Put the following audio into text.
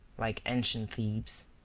like ancient thebes,